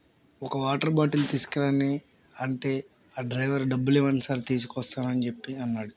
ఒక water bottle తీసుకురండి అంటే ఆ డ్రైవర్ డబ్బులివ్వండి సార్ తీసుకొస్తాను అని చెప్పి అన్నాడు